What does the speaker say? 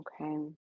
okay